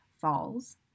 Falls